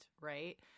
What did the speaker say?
Right